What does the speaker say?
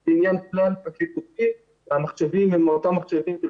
זה עניין כלל פרקליטותי והמחשבים הם אותם מחשבים של